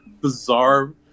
bizarre